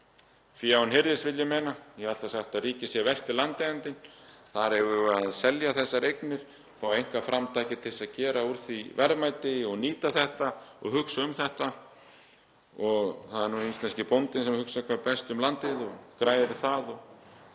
án hirðis, vil ég meina. Ég hef alltaf sagt að ríkið sé versti landeigandinn. Þar eigum við að selja þessar eignir, fá einkaframtakið til að gera úr því verðmæti og nýta þetta og hugsa um þetta. Það er íslenski bóndinn sem hugsar hvað best um landið og græðir það og